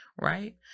right